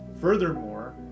Furthermore